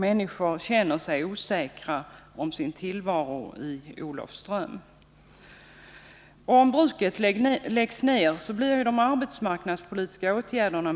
Människor känner sig osäkra på sin tillvaro i Olofström. Om bruket läggs ned kommer det att krävas mycket omfattande arbetsmarknadspolitiska åtgärder.